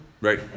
Right